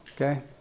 okay